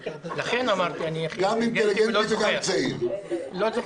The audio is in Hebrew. לכן אמרתי, אני הכי אינטליגנטי, ולא זוכר.